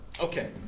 Okay